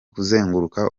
kuzenguruka